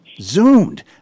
Zoomed